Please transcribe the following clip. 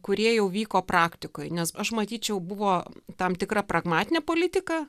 kurie jau vyko praktikoj nes aš matyčiau buvo tam tikra pragmatinė politika